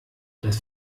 des